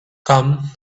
come